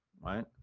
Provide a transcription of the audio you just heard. right